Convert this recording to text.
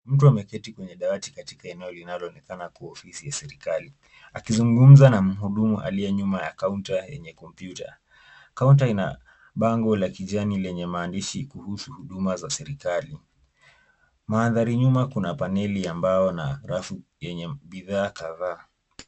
Mtu ameketi kwenye dawati katika eneo inayoonekana kuwa ofisi ya serikali . Akizungumza na mhudumu aliye nyuma ya kaunta yenye kompyuta. Kaunta ina bango la kijani lenye maandishi kuhusu huduma za serikali. Mandhari ya nyuma kuna paneli ya mbao na rafu yenye bidhaa kadhaa.